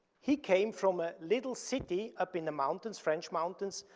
he came from a little city up in the mountains, french mountains,